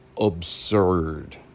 absurd